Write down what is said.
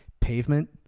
pavement